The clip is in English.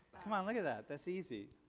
come on. look at that. that's easy.